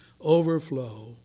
overflow